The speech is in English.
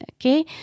okay